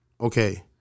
okay